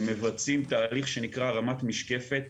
מבצעים תהליך שנקרא 'הרמת משקפת'